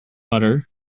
butter